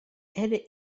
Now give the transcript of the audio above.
elle